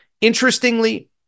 Interestingly